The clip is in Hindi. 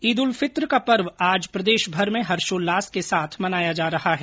ईद उल फित्र का पर्व आज प्रदेशभर में हर्षोल्लास के साथ मनाया जा रहा है